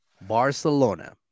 Barcelona